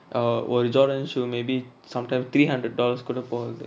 uh ஒரு:oru jordan shoe maybe sometimes three hundred dollars கூட போகுது:kooda pokuthu